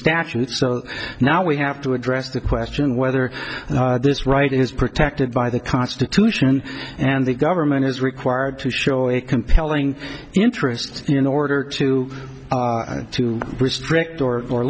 statute so now we have to address the question whether this right is protected by the constitution and the government is required to show a compelling interest in order to restrict or or